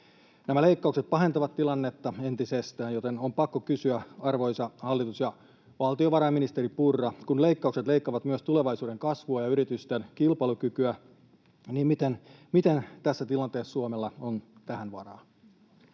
Nämä leikkaukset pahentavat tilannetta entisestään, joten on pakko kysyä, arvoisa hallitus ja valtiovarainministeri Purra: kun leikkaukset leikkaavat myös tulevaisuuden kasvua ja yritysten kilpailukykyä, niin miten tässä tilanteessa Suomella on tähän varaa?